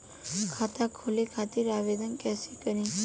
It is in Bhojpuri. खाता खोले खातिर आवेदन कइसे करी?